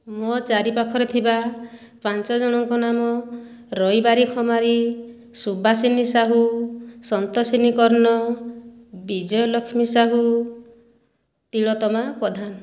ମୋ ଚାରି ପାଖରେ ଥିବା ପାଞ୍ଚ ଜଣଙ୍କ ନାମ ରବିବାରି ଖମାରି ସୁବାସିନୀ ସାହୁ ସନ୍ତୋଷିନୀ କର୍ଣ୍ଣ ବିଜୟ ଲକ୍ଷ୍ମୀ ସାହୁ ତିଳୋତ୍ତମା ପଧାନ